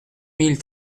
mille